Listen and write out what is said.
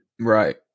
Right